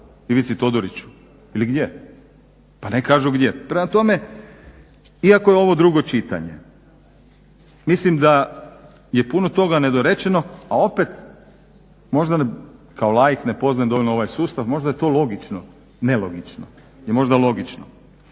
Ivici Todoriću ili gdje? Pa ne kažu gdje. Prema tome, iako je ovo drugo čitanje mislim da je puno toga nedorečeno, a opet možda kao laik ne poznajem dovoljno ovaj sustav. Možda je to logično, nelogično je možda logično.